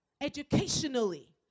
educationally